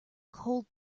cold